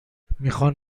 میخوان